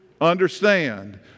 understand